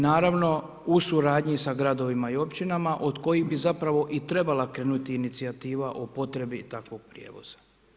Naravno u suradnji sa gradovima i općinama od kojih bi zapravo i trebala krenuti inicijativa o potrebi takvog prijevoza.